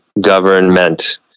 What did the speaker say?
government